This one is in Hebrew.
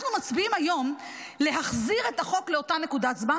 אנחנו מצביעים היום להחזיר את החוק לאותה נקודת זמן,